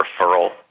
referral